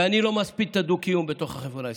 ואני לא מספיד את הדו-קיום בתוך החברה הישראלית.